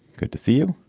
good to see you.